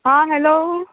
आ hello